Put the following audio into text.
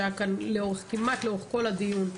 שהיה כאן כמעט לאורך כל הדיון,